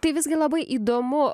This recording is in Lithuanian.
tai visgi labai įdomu